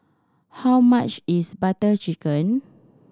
how much is Butter Chicken